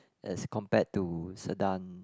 as compared to Sedan